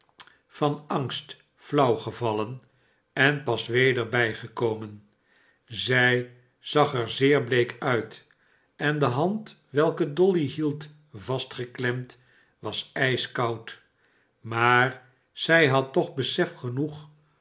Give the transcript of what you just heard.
van angst flauw gevallen en pas weder bijgekomen zij zag er zeer bleek uit en de hand welke dolly hield vastgeklemd was ijskoud maar zij had toch besef genoeg